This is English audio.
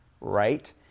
right